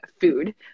food